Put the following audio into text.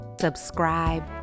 subscribe